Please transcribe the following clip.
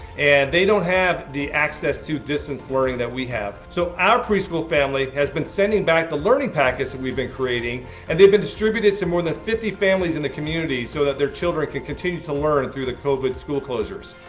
and they don't have the access to distance learning that we have. so, our preschool family has been sending back the the learning package that we've been creating and they've been distributed to more than fifty families in the community so that their children can continue to learn through the covid school closures.